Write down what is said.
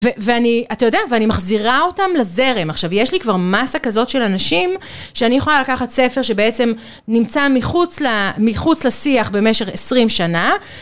ואני אתה יודע ואני מחזירה אותם לזרם עכשיו יש לי כבר מסה כזאת של אנשים שאני יכולה לקחת ספר שבעצם נמצא מחוץ לשיח במשך עשרים שנה